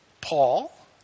Paul